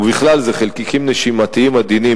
ובכלל זה חלקיקים נשימתיים עדינים,